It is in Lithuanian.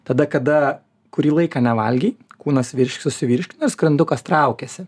tada kada kurį laiką nevalgei kūnas virš susivirškina skrandukas traukiasi